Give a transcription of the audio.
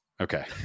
Okay